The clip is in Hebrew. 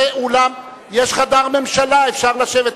יש חדר ממשלה, אפשר לשבת.